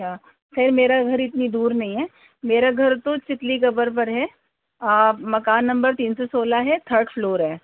اچھا پر میرا گھر اتنی دور نہیں ہے میرا گھر تو چتلی قبر پر ہے مکان نمبر تین سو سولہ ہے تھرڈ فلور ہے